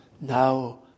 now